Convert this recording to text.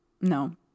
No